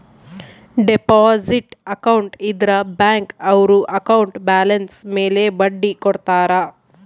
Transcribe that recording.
deposit account ಇದ್ರ bank ಅವ್ರು account balance ಮೇಲೆ ಬಡ್ಡಿ ಕೊಡ್ತಾರ